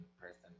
person